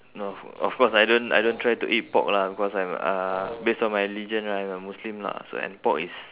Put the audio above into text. no of of course I don't I don't try to eat pork lah because I'm uh based on my religion right I'm a muslim lah so and pork is